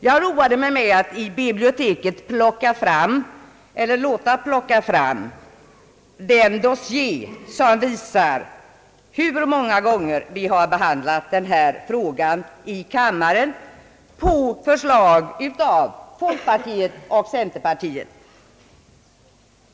Jag har roat mig med att i biblioteket låta plocka fram den dossier som visar hur många gånger vi har behandlat denna fråga i kammaren på förslag av folkpartiet och centerpartiet.